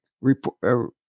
report